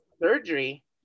surgery